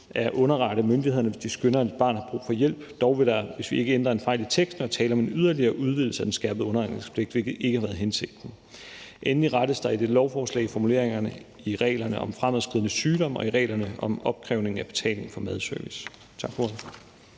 til at underrette myndighederne, hvis de skønner, at et barn har brug for hjælp. Dog vil der, hvis vi ikke ændrer en fejl i teksten, være tale om en yderligere udvidelse af den skærpede underretningspligt, hvilket ikke har været hensigten. Endelig rettes der med dette lovforslag i formuleringerne i reglerne om fremadskridende sygdom og i reglerne om opkrævning af betaling for madservice. Tak for